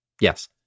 yes